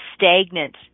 stagnant